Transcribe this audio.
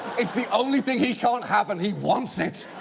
it's the only thing he can't have and he wants it.